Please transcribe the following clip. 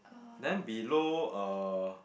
then below uh